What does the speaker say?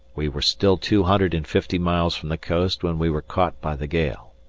we were still two hundred and fifty miles from the coast when we were caught by the gale.